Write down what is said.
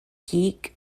geek